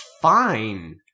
fine